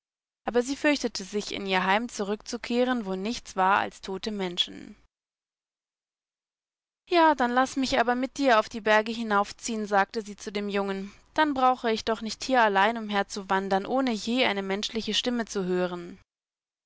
aber sie fürchtete sich in ihr heim zurückzukehren wo nichts war als tote menschen ja dann laß mich aber mit dir auf die berge hinaufziehen sagte sie zu dem jungen dann brauche ich doch nicht hier allein umherzuwandern ohne je eine menschliche stimme zu hören